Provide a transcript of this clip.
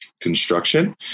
construction